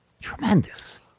Tremendous